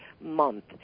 month